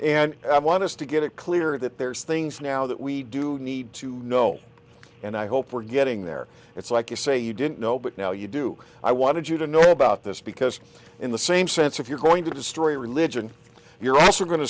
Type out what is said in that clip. and i want us to get it cleared there's things now that we do need to know and i hope we're getting there it's like you say you didn't know but now you do i wanted you to know about this because in the same sense if you're going to destroy a religion you're also go